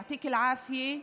יעטיכ אל-עאפיה.